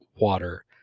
water